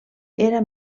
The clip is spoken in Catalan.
era